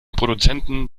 produzenten